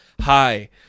Hi